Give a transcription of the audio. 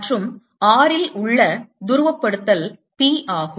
மற்றும் r ல் உள்ள துருவப்படுத்தல் P ஆகும்